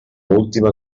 última